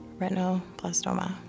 retinoblastoma